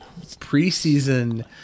preseason